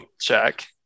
check